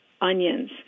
onions